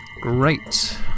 Great